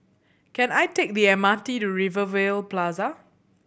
can I take the M R T to Rivervale Plaza